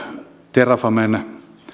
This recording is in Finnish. terrafamen